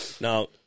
Now